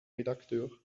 redakteur